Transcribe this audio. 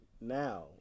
now